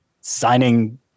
signing